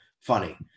funny